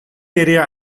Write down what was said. area